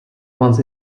once